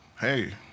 hey